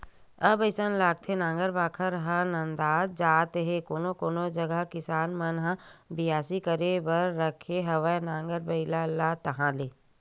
अब अइसे लागथे नांगर बखर मन ह नंदात जात हे कोनो कोनो जगा किसान मन ह बियासी करे बर राखे हवय नांगर बइला ला ताहले